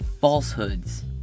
falsehoods